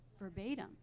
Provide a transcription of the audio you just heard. verbatim